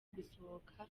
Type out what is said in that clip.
gusohoka